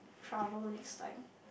trouble next time